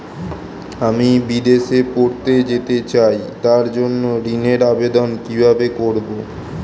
আমি বিদেশে পড়তে যেতে চাই তার জন্য ঋণের আবেদন কিভাবে করব?